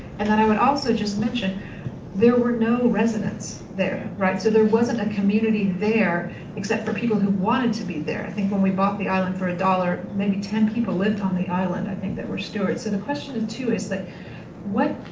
and then i would also just mention there were no residents there, right? so there wasn't a community there except for people who wanted to be there. i think when we bought the island for a dollar maybe ten people lived on the island i think that were stewards. and the question too is like that,